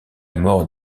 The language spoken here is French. mort